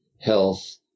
health